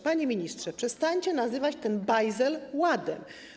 Panie ministrze, przestańcie nazywać ten bajzel ładem.